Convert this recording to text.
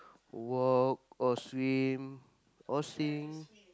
walk or swim or sing